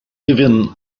given